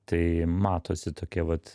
tai matosi tokie vat